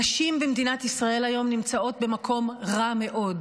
נשים במדינת ישראל היום נמצאות במקום רע מאוד